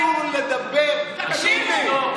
תקשיבו,